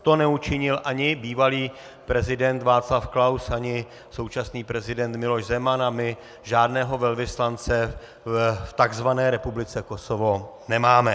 To neučinil ani bývalý prezident Václav Klaus, ani současný prezident Miloš Zeman a my žádného velvyslance v takzvané Republice Kosovo nemáme.